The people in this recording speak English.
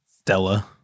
Stella